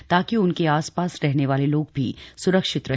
ताकि उनके आस पास रहने वाले लोग भी स्रक्षित रहे